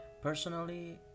personally